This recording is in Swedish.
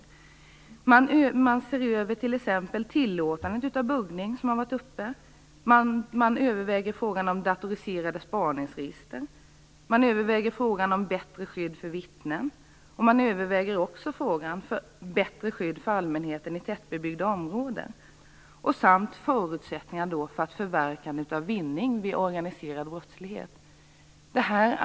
T.ex. ser man över tillåtandet av buggning, man överväger datoriserade spaningsregister, man överväger frågan om bättre skydd för vittnen och bättre skydd för allmänheten i tättbebyggda områden och man ser över förutsättningarna för förverkande av vinning vid organiserad brottslighet.